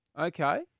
Okay